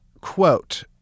Quote